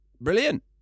Brilliant